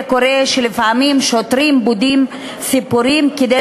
זה קורה שלפעמים שוטרים בודים סיפורים כדי